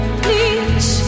please